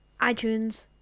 iTunes